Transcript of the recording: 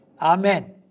Amen